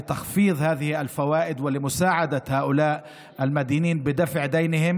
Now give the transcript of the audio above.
לצורך הורדת הריביות האלה ולסייע לחייבים האלה בתשלום החובות שלהם,